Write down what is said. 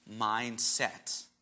mindset